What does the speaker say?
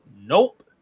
nope